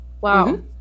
Wow